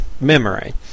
memory